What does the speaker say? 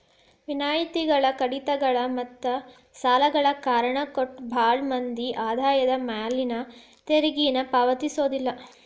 ವಿನಾಯಿತಿಗಳ ಕಡಿತಗಳ ಮತ್ತ ಸಾಲಗಳ ಕಾರಣ ಕೊಟ್ಟ ಭಾಳ್ ಮಂದಿ ಆದಾಯದ ಮ್ಯಾಲಿನ ತೆರಿಗೆನ ಪಾವತಿಸೋದಿಲ್ಲ